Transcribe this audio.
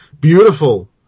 beautiful